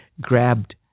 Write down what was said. grabbed